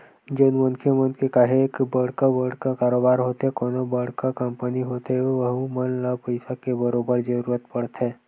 जउन मनखे मन के काहेक बड़का बड़का कारोबार होथे कोनो बड़का कंपनी होथे वहूँ मन ल पइसा के बरोबर जरूरत परथे